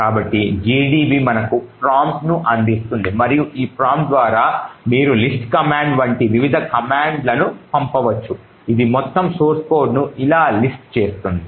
కాబట్టి gdb మనకు ప్రాంప్ట్ను అందిస్తుంది మరియు ఈ ప్రాంప్ట్ ద్వారా మీరు లిస్ట్ కమాండ్ వంటి వివిధ కమాండ్లను పంపవచ్చు ఇది మొత్తం source codeను ఇలా లిస్ట్ చేస్తుంది